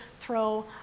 throw